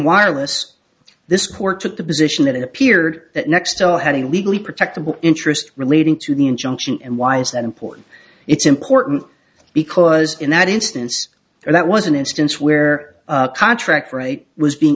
wireless this court took the position that it appeared that nextel had a legally protected interest relating to the injunction and why is that important it's important because in that instance that was an instance where a contract for a was being